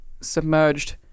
submerged